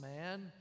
man